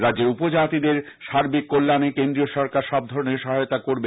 রাজ্যের উপজাতিদের সার্বিক কল্যাণে কেন্দ্রীয় সরকার সবধরনের সহায়তা করবে